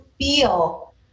feel